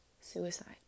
suicide